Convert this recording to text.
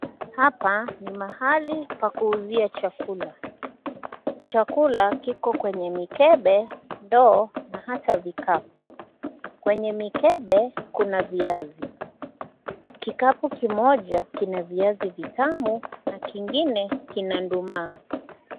Hapa ni mahali pa kuuzuia chakula, chakula kiko kwenye mikebe, ndoo na hata vikapu, kwenye mikebe kuna viazi, kikapu kimoja kina viazi vitamu na kingine kina nduma.